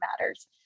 matters